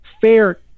fair